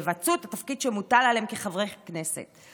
יבצעו את התפקיד שמוטל עליהם כחברי כנסת.